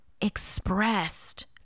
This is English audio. expressed